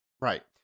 Right